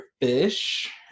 fish